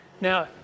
Now